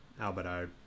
Alberto